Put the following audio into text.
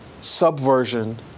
subversion